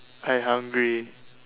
I hungry